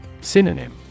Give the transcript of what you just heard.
Synonym